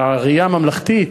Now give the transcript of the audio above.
בראייה הממלכתית,